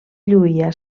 lluïa